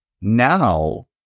Now